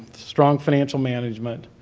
strong financial management,